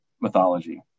mythology